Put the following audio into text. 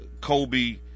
Kobe